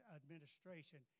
administration